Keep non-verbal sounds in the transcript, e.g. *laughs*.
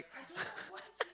*laughs*